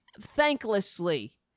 thanklessly